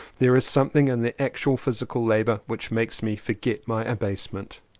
there is something in the actual physical labour which makes me forget my abasement.